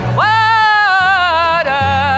water